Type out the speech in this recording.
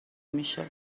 نمیشد